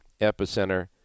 Epicenter